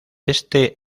este